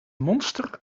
monster